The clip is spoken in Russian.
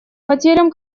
потерям